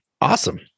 awesome